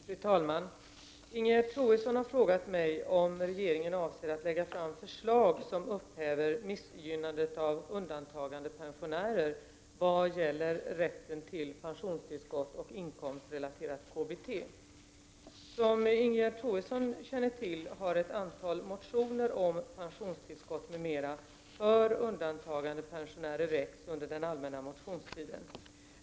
Fru talman! Ingegerd Troedsson har frågat mig om regeringen avser att lägga fram förslag som upphäver missgynnandet av undantagandepensionärer vad gäller rätten till pensionstillskott och inkomstrelaterat KBT. Som Ingegerd Troedsson känner till har ett antal motioner om pensionstillskott m.m. för undantagandepensionärer väckts under den allmänna motionstiden.